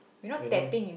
I know